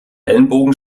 ellbogen